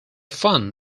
fun